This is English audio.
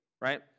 right